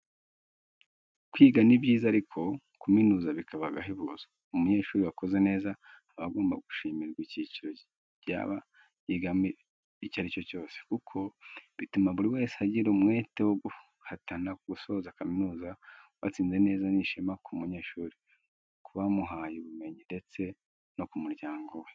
Kwiga ni byiza ariko kuminuza bikaba agahebuzo, umunyeshuri wakoze neza aba agomba gushimirwa icyiciro yaba yigamo icyo ari cyo cyose, kuko bituma buri wese agira umwete wo guhatana gusoza kaminuza watsinze neza ni ishema ku munyeshuri, ku bamuhaye ubumenyi, ndetse no kumuryango we.